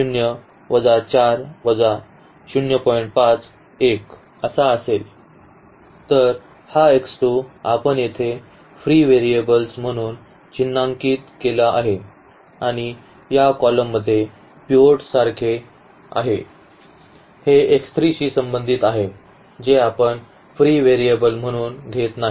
Take तर हा आपण येथे फ्री व्हेरिएबल्स म्हणून चिन्हांकित केला आहे आणि या column मध्ये पिव्होट सारखे आहे हे शी संबंधित आहे जे आपण फ्री व्हेरिएबल म्हणून घेत नाही